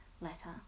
letter